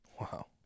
Wow